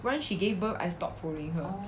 when she gave birth I stopped following her